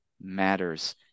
matters